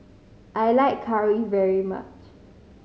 I like curry very much